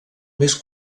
més